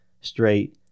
straight